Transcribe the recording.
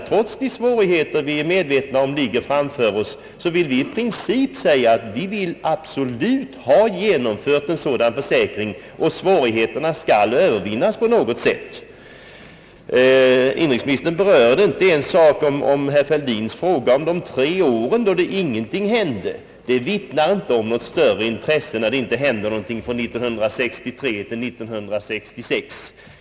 Trots de svårigheter som föreligger vill vi i princip ge uttryck åt den uppfattningen, att en sådan försäkring absolut bör genomföras och att svårigheterna på något sätt bör övervinnas. Inrikesministern berörde inte herr Fälldins fråga om de tre åren, då ingenting hände. Det vittnar inte om något större intresse, när det inte händer någonting från år 1963 till år 1966.